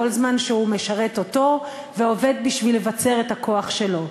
כל זמן שהוא משרת אותו ועובד בשביל לבצר את הכוח שלו.